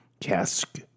cask